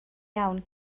iawn